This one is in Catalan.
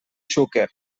xúquer